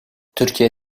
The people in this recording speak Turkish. türkiye